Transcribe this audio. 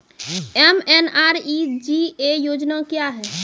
MNREGA योजना क्या हैं?